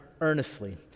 earnestly